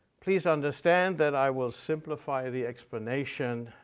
please understand that i will simplify the explanation,